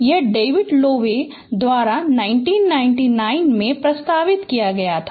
यह David Lowe द्वारा 1999 में प्रस्तावित किया गया था